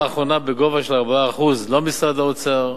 האחרונה בגובה של 4% לא משרד האוצר,